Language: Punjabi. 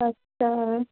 ਸਤਿ ਸ਼੍ਰੀ ਅਕਾਲ